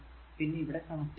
പിന്നെ ഇവിടെ കണക്ട് ചെയ്യുന്നു